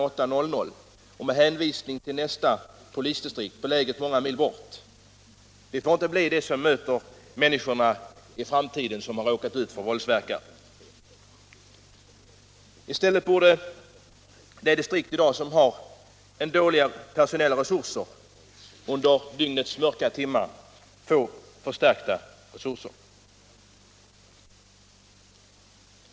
08.00, och hänvisar till nästa polisdistrikt, beläget många mil bort, får inte bli vad som i framtiden möter människor som har råkat ut för våldsverkare. De distrikt som i dag har dålig tillgång på personal under dygnets mörka timmar borde tvärtom få förstärkta resurser.